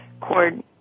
cord